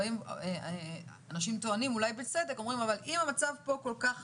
היא שאם המצב פה כל כך